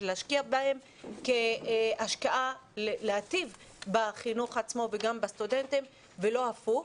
להשקיע בהם השקעה לעתיד בחינוך עצמו וגם בסטודנטים ולא הפוך.